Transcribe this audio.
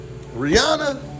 Rihanna